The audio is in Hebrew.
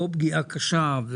לא פגיעה קשה,